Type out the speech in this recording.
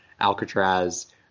Alcatraz